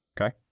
okay